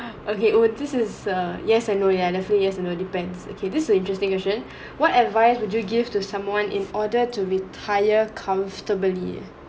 okay oh wait this is a yes or no ya definitely yes or no depends okay this a interesting question what advice would you give to someone in order to retire comfortably